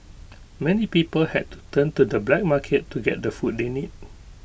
many people had to turn to the black market to get the food they need